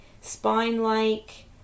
spine-like